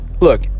look